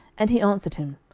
and he answered him,